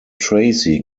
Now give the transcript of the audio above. tracy